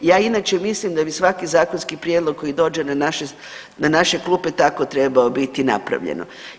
Ja inače mislim da bi svaki zakonski prijedlog koji dođe na naše klupe tako trebao biti napravljeno.